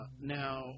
now